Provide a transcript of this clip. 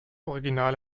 original